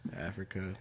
Africa